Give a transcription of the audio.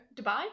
Dubai